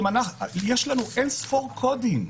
יש לנו אין ספור קודים,